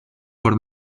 por